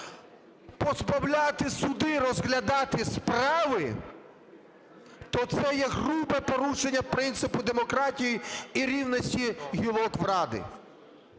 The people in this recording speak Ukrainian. позбавляти суди розглядати справи, то це є грубе порушення принципу демократії і рівності гілок влади.